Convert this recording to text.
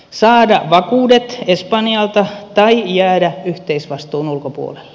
saada vakuudet espanjalta tai jäädä yhteisvastuun ulkopuolelle